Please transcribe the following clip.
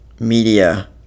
Media